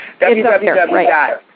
www